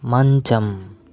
మంచం